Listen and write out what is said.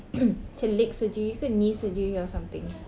macam leg surgery ke knee surgery or something